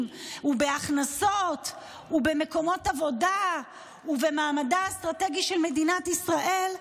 ובהכנסות ובמקומות עבודה ובמעמדה האסטרטגי של מדינת ישראל,